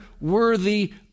worthy